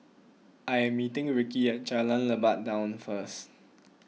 I am meeting Rickie at Jalan Lebat Daun first